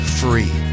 free